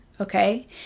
Okay